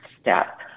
step